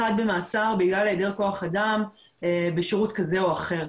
במעצר בגלל היעדר כוח אדם בשירות כזה או אחר.